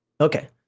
Okay